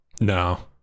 No